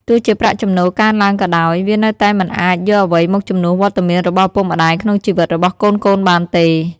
ទោះជាប្រាក់ចំណូលកើនឡើងក៏ដោយ វានៅតែមិនអាចយកអ្វីមកជំនួសវត្តមានរបស់ឪពុកម្ដាយក្នុងជីវិតរបស់កូនៗបានទេ។